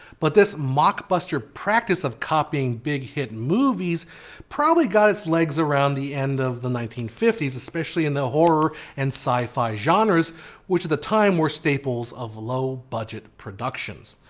but this mockbuster practice of copying big hit movies probably got it's legs at the end of the nineteen fifty s especially in the horror and sci-fi genres which at the time were staples of low budget productions.